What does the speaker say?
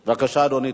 בבקשה, אדוני.